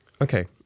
Okay